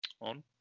on